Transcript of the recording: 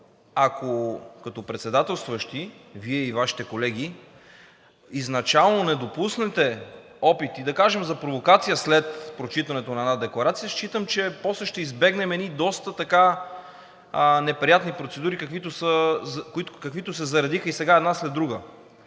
ако като председателстващи Вие и Вашите колеги изначално не допуснете опити, да кажем, за провокация след прочитането на една декларация, считам, че после ще избегнем едни доста неприятни процедури, каквито се заредиха и сега една след друга.